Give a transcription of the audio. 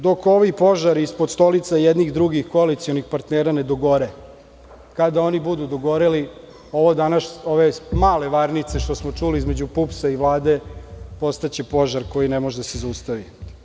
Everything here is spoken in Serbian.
Dok ovi požari ispod stolica jednih i drugih koalicionih partnera ne dogore, kada oni budu dogoreli ove male varnice što smo čuli između PUPS i Vlade postaće požar koji ne može da se zaustavi.